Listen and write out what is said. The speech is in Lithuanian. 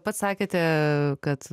pats sakėte kad